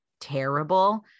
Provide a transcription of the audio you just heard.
terrible